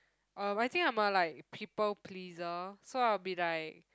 uh I think I'm a like people pleaser so I'll be like